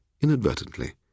inadvertently